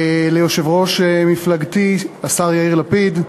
ליושב-ראש מפלגתי, השר יאיר לפיד,